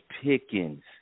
Pickens